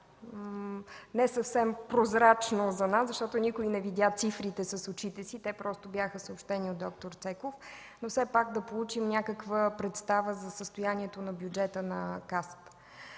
не съвсем прозрачна за нас, защото никой не видя цифрите с очите си – те просто бяха съобщени от д-р Цеков, но все пак да получим някаква представа за състоянието на бюджета на Касата.